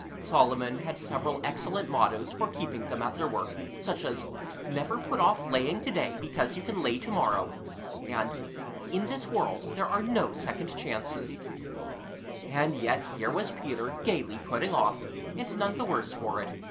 solomon had several excellent mottoes for keeping them at their work, such as never put off laying to-day because you can lay to-morrow and in this world there are no second chances and yet here was peter gaily putting off and none the worse for it.